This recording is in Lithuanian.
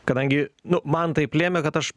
kadangi nu man taip lėmė kad aš